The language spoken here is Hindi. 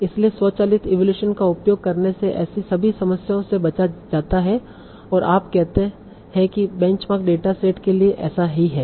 इसलिए स्वचालित इवैल्यूएशन का उपयोग करने से ऐसी सभी समस्याओं से बचा जाता है और आप कहते हैं कि बेंचमार्क डेटा सेट के लिए ऐसा ही है